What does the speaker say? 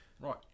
Right